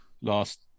last